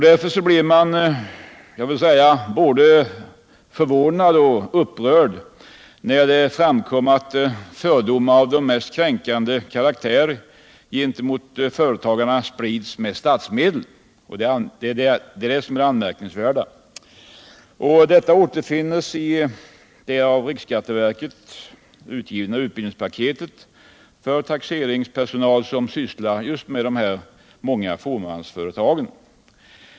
Därför blev man både förvånad och upprörd när det framkom att fördomar av den mest kränkande karkaktär gentemot företagarna sprids med statsmedel — det är det som är det anmärkningsvärda — i det av riksskatteverket utgivna utbildningspaketet för taxeringspersonal som sysslar just med de många fåmansföretagen.